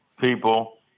people